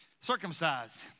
circumcised